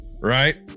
right